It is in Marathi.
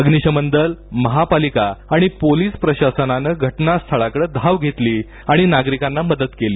अग्नीशमनदल महापलिका आणि पोलिस प्रशासनानं घटना स्थळाकडे धाव घेतली आणि नागरीकांना मदत केली